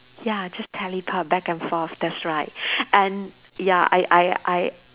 ya just teleport back and forth that's right and ya I I I